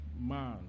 man